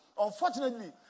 Unfortunately